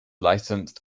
licensed